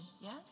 Yes